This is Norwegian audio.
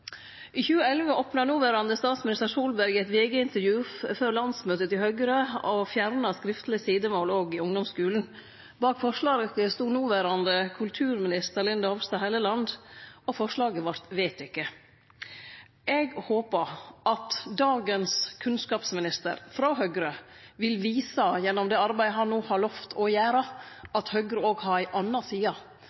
I 2011 opna noverande statsminister Solberg, i eit VG-intervju før landsmøtet til Høgre, for å fjerne skriftleg sidemål òg i ungdomsskulen. Bak forslaget stod noverande kulturminister Linda C. Hofstad Helleland, og forslaget vart vedteke. Eg håpar at dagens kunnskapsminister, frå Høgre, gjennom det arbeidet han no har lovt å gjere, vil vise at Høgre òg har ei anna side,